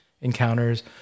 encounters